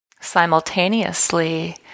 Simultaneously